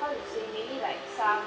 how to say maybe like some